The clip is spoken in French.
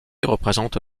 représente